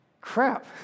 crap